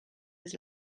his